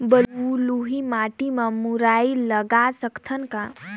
बलुही माटी मे मुरई लगा सकथव का?